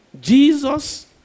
Jesus